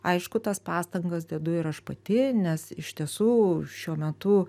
aišku tas pastangas dedu ir aš pati nes iš tiesų šiuo metu